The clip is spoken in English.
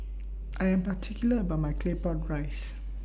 I Am particular about My Claypot Rice